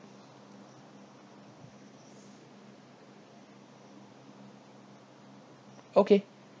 okay